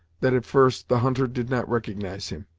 that at first, the hunter did not recognise him.